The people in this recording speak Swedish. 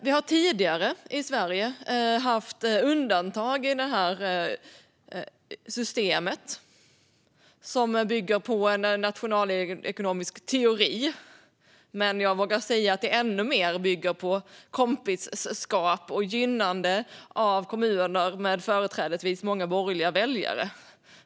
Vi har tidigare i Sverige haft undantag i systemet som bygger på en nationalekonomisk teori, men jag vågar säga att det ännu mer bygger på kompisskap och gynnande av kommuner med företrädesvis många borgerliga väljare.